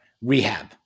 rehab